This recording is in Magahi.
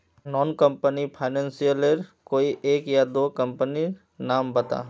नॉन बैंकिंग फाइनेंशियल लेर कोई एक या दो कंपनी नीर नाम बता?